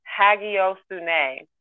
hagiosune